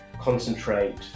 concentrate